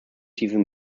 diesen